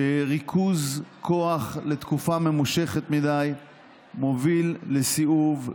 שריכוז כוח לתקופה ממושכת מדי מוביל לסיאוב,